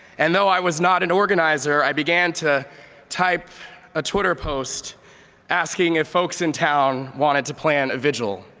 and though i was not an organizeer, i began to type a twitter post asking if folks in town wanted to plan a vigil.